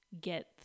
get